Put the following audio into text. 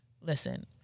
Listen